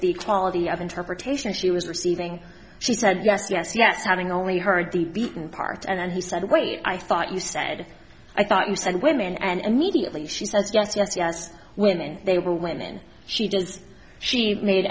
the quality of interpretation she was receiving she said yes yes yes having only heard the beaten part and then he said wait i thought you said i thought you said women and immediately she said yes yes yes women they were women she does she made